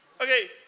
Okay